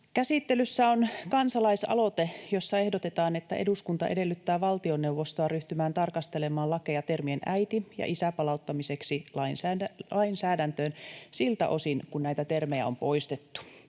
Käsittelyssä on kansalaisaloite, jossa ehdotetaan, että eduskunta edellyttää valtioneuvostoa ryhtymään tarkastelemaan lakeja termien ”äiti” ja ”isä” palauttamiseksi lainsäädäntöön siltä osin kuin näitä termejä on poistettu.